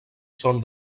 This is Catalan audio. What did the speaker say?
són